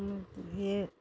हें